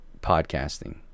podcasting